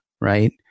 right